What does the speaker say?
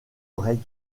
oreille